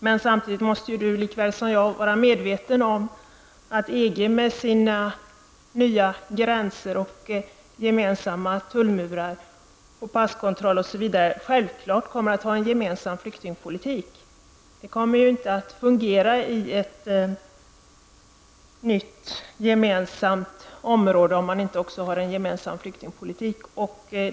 Men samtidigt måste du lika väl som jag vara medveten om att EG med sina nya gränser och gemensamma tullmurar, passkontroll osv. självklart kommer att ha en gemensam flyktingpolitik. Det kommer ju inte att fungera i ett nytt gemensamt område, om man inte också har en gemensam flyktingpolitik.